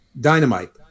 Dynamite